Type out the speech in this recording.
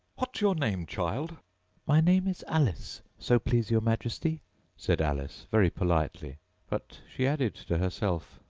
what's your name, child my name is alice, so please your majesty said alice very politely but she added, to herself,